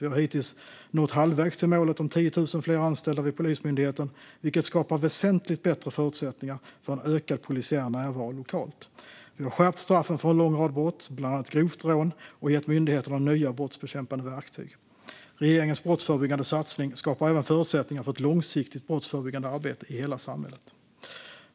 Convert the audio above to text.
Vi har hittills nått halvvägs till målet om 10 000 fler anställda vid Polismyndigheten, vilket skapar väsentligt bättre förutsättningar för en ökad polisiär närvaro lokalt. Vi har skärpt straffen för en lång rad brott, bland annat grovt rån, och gett myndigheterna nya brottsbekämpande verktyg. Regeringens brottsförebyggande satsning skapar även förutsättningar för ett långsiktigt brottsförebyggande arbete i hela samhället.